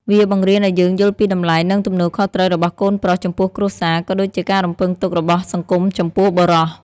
វាបង្រៀនឱ្យយើងយល់ពីតម្លៃ និងទំនួលខុសត្រូវរបស់កូនប្រុសចំពោះគ្រួសារ ក៏ដូចជាការរំពឹងទុករបស់សង្គមចំពោះបុរស។